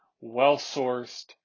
well-sourced